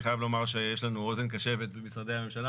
אני חייב לומר שיש לנו אוזן קשבת במשרדי הממשלה,